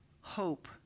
hope